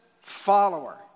follower